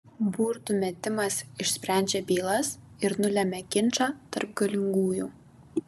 burtų metimas išsprendžia bylas ir nulemia ginčą tarp galingųjų